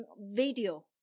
video